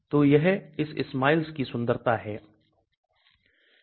तो यह इस SMILES की सुंदरता है